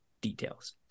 details